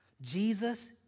Jesus